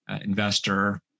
investor